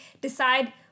decide